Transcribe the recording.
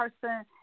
person